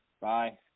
Bye